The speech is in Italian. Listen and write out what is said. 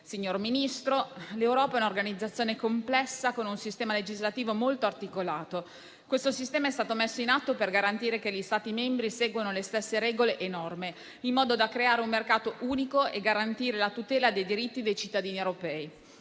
signor Ministro, l'Europa è un'organizzazione complessa, con un sistema legislativo molto articolato. Questo sistema è stato messo in atto per garantire che gli Stati membri seguano le stesse regole e norme, in modo da creare un mercato unico e garantire la tutela dei diritti dei cittadini europei.